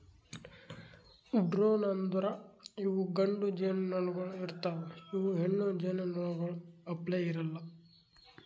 drone ಅಂದುರ್ ಇವು ಗಂಡು ಜೇನುನೊಣಗೊಳ್ ಇರ್ತಾವ್ ಇವು ಹೆಣ್ಣು ಜೇನುನೊಣಗೊಳ್ ಅಪ್ಲೇ ಇರಲ್ಲಾ